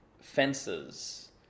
Fences